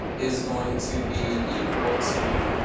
is going to be equal to